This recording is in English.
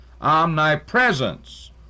omnipresence